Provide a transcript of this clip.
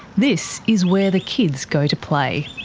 this is where the kids go to play.